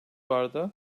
vardı